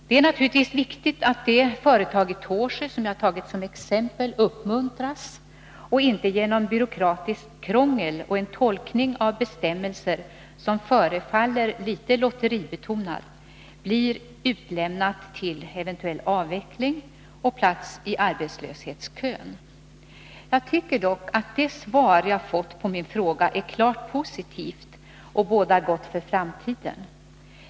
Det är naturligtvis viktigt att det företag i Tåsjö som jag har tagit som exempel uppmuntras och inte genom byråkratisk krångel och en tolkning av bestämmelserna som förefaller litet lotteribetonad blir utlämnat till eventuell avveckling, innebärande att människorna hänvisas till en plats i arbetslöshetskön. Jag tycker dock att det svar jag har fått på min fråga är klart positivt och bådar gott för framtiden.